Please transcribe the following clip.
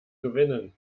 gewinnen